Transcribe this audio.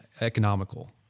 economical